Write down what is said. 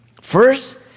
First